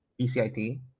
BCIT